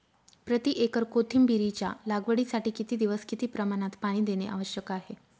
प्रति एकर कोथिंबिरीच्या लागवडीसाठी किती दिवस किती प्रमाणात पाणी देणे आवश्यक आहे?